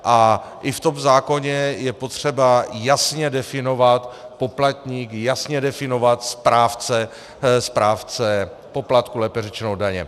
I v tom zákoně je potřeba jasně definovat poplatníka, jasně definovat správce poplatku, lépe řečeno daně.